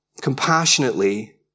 compassionately